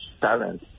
talent